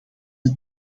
het